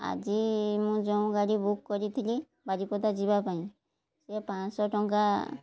ଆଜି ମୁଁ ଯେଉଁ ଗାଡ଼ି ବୁକ୍ କରିଥିଲି ବାରିପଦା ଯିବା ପାଇଁ ସେ ପାଞ୍ଚଶହ ଟଙ୍କା